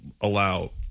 allow